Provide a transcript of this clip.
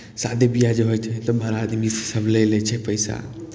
शादी ब्याह जे होइत हइ तऽ बड़ा आदमीसभ लऽ लै छै पैसा